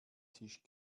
tisch